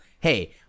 hey